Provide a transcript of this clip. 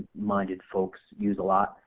minded folks use a lot,